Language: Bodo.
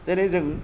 दिनै जों